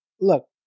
look